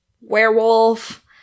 werewolf